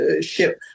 ship